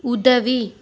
உதவி